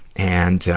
and,